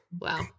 Wow